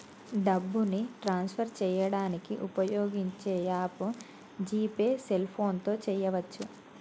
డబ్బుని ట్రాన్స్ఫర్ చేయడానికి ఉపయోగించే యాప్ జీ పే సెల్ఫోన్తో చేయవచ్చు